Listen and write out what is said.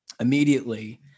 immediately